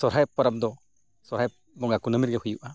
ᱥᱚᱦᱨᱟᱭ ᱯᱚᱨᱚᱵᱽ ᱫᱚ ᱥᱚᱦᱨᱟᱭ ᱵᱚᱸᱜᱟ ᱠᱩᱱᱟᱹᱢᱤ ᱨᱮᱜᱮ ᱦᱩᱭᱩᱜᱼᱟ